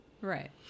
Right